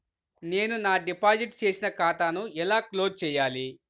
నేను నా డిపాజిట్ చేసిన ఖాతాను ఎలా క్లోజ్ చేయాలి?